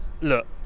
Look